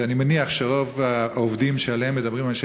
ואני מניח שרוב העובדים שעליהם מדברים אנשי